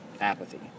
apathy